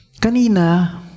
kanina